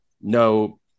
no